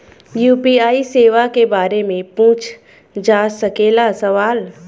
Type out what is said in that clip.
UPI सेवा के बारे में पूछ जा सकेला सवाल?